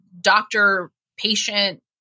doctor-patient